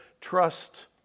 trust